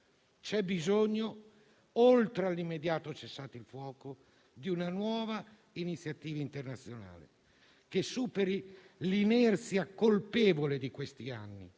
C'è bisogno, oltre all'immediato cessate il fuoco, di una nuova iniziativa internazionale, che superi l'inerzia colpevole di questi anni